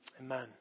Amen